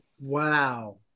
wow